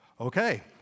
okay